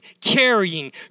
carrying